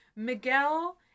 Miguel